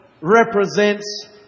represents